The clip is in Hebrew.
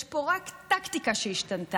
יש פה רק טקטיקה שהשתנתה.